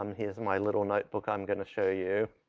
um here's my little notebook i'm gonna show you,